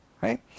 Right